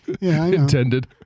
intended